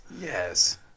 Yes